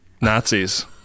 nazis